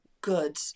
good